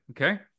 Okay